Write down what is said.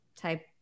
type